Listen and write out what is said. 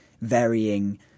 varying